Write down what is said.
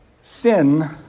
sin